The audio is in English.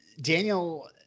Daniel